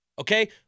okay